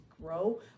grow